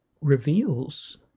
reveals